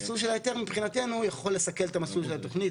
המסלול של ההיתר מבחינתנו יכול לסכל את המסלול של התוכנית.